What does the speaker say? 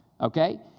okay